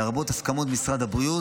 לרבות הסכמת משרד הבריאות,